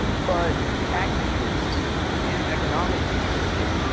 but tactically speaking and economically speaking,